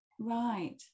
Right